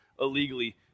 Illegally